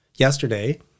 Yesterday